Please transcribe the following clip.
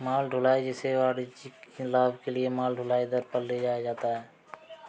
माल ढुलाई, जिसे वाणिज्यिक लाभ के लिए माल ढुलाई दर पर ले जाया जाता है